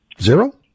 Zero